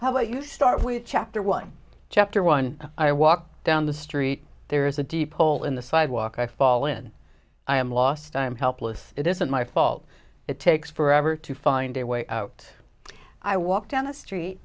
how about you start with chapter one chapter one i walk down the street there is a deep hole in the sidewalk i fall in i am lost i'm helpless it isn't my fault it takes forever to find a way out i walk down the street